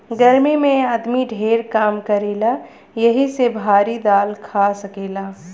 गर्मी मे आदमी ढेर काम करेला यही से भारी दाल खा सकेला